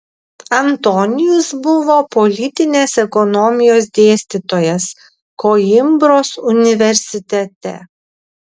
antonijus buvo politinės ekonomijos dėstytojas koimbros universitete